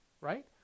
right